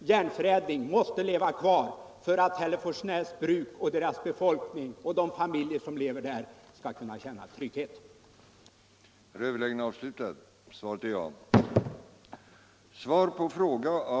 AB Järnförädling måste leva - Om ökat statligt kvar för att Hiälleforsnäs och de familjer som lever där skall kunna känna = stöd till den trygghet. | manuella glasindu